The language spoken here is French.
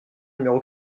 numéro